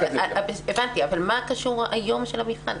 הבנתי, אבל מה קשור היום של המבחן?